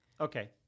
Okay